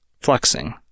flexing